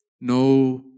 No